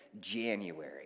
January